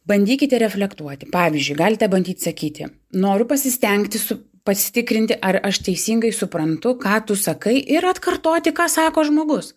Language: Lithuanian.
bandykite reflektuoti pavyzdžiui galite bandyti sakyti noriu pasistengti su pasitikrinti ar aš teisingai suprantu ką tu sakai ir atkartoti ką sako žmogus